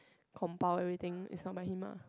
compile everything is not by him ah